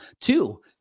Two